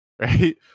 Right